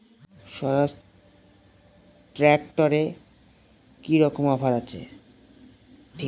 স্বরাজ ট্র্যাক্টরে কি রকম অফার আছে?